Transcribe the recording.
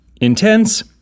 Intense